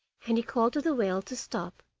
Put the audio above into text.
and he called to the whale to stop,